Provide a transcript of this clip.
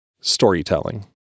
storytelling